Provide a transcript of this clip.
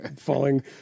falling